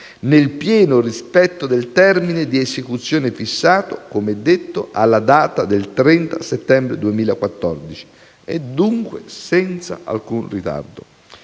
nel pieno rispetto del termine di esecuzione fissato, come detto, alla data del 30 settembre 2014, e dunque senza alcun ritardo.